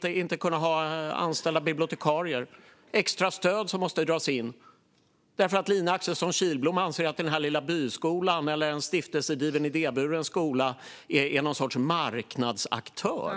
gå i en skola utan anställda bibliotekarier, och extra stöd måste dras in därför att Lina Axelsson Kihlblom anser att den lilla byskolan eller den skola som drivs av en idéburen stiftelse är någon sorts marknadsaktör.